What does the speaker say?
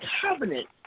covenant